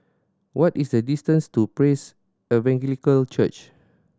what is the distance to Praise Evangelical Church